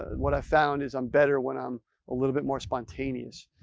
what i found is, i'm better when i'm a little bit more spontaneous.